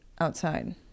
outside